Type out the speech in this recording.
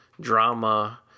drama